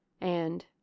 and